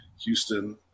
Houston